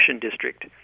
district